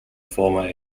former